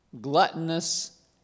gluttonous